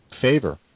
favor